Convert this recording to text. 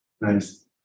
Nice